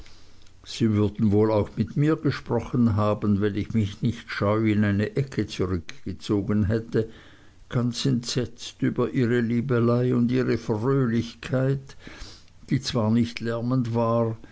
sie würden wohl auch mit mir gesprochen haben wenn ich mich nicht scheu in eine ecke zurückgezogen hätte ganz entsetzt über ihre liebelei und ihre fröhlichkeit die zwar nicht lärmend war